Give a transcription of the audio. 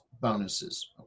bonuses